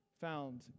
found